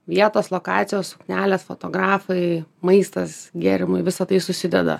vietos lokacijos suknelės fotografai maistas gėrimai visa tai susideda